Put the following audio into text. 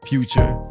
Future